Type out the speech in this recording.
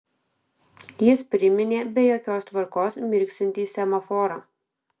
jis priminė be jokios tvarkos mirksintį semaforą